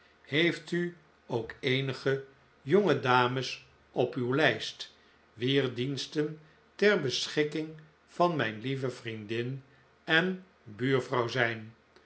heeft u ook eenige jonge dames op uw lijst wier diensten ter beschikking van mijn lieve vriendin en buurvrouw zijn